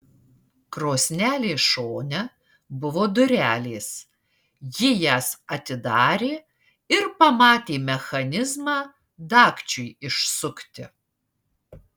krosnelės šone buvo durelės ji jas atidarė ir pamatė mechanizmą dagčiui išsukti